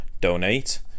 donate